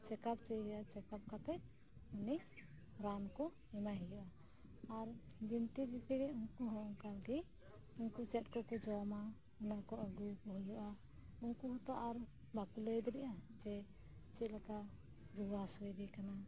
checkup ᱪᱚᱭᱮ ᱦᱩᱭᱩᱜᱼᱟ ᱪᱮᱠᱟᱯ ᱠᱟᱛᱮᱜᱩᱱᱤ ᱨᱟᱱ ᱠᱚ ᱮᱢᱟᱭ ᱦᱩᱭᱩᱜᱼᱟ ᱟᱨ ᱡᱤᱱᱛᱤ ᱯᱤᱯᱲᱤ ᱩᱝᱠᱩ ᱦᱚᱸ ᱚᱝᱠᱟ ᱜᱮ ᱩᱝᱠᱩ ᱪᱮᱜ ᱠᱚᱠᱚ ᱡᱚᱢᱟ ᱚᱱᱟ ᱠᱚ ᱟᱜᱩᱣ ᱠᱚ ᱦᱩᱭᱩᱜᱼᱟ ᱩᱝᱠᱩ ᱦᱚᱸᱛᱚ ᱟᱨ ᱵᱟᱠᱚ ᱞᱟᱹᱭ ᱫᱟᱲᱮᱭᱟᱜᱼᱟ ᱡᱮ ᱪᱮᱜ ᱞᱮᱠᱟ ᱨᱩᱣᱟᱹ ᱦᱟᱥᱩᱭᱮᱫᱮ ᱠᱟᱱᱟ